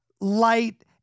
light